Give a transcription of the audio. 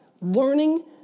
Learning